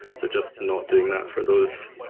so just not doing that for those